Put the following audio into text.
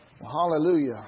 Hallelujah